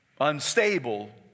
Unstable